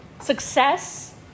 success